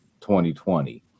2020